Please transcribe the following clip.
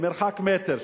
מרחק מטר,